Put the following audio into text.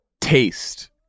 taste